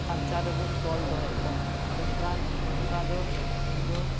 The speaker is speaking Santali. ᱠᱷᱟᱱᱪᱟ ᱨᱮᱵᱚᱱ ᱛᱚᱞ ᱫᱚᱦᱚᱭᱮᱫ ᱠᱚᱣᱟ ᱚᱱᱠᱟᱱ ᱚᱱᱠᱟ ᱫᱚ ᱤᱧ ᱫᱚ